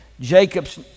Jacob's